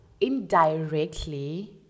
indirectly